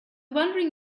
wondering